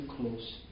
close